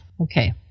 Okay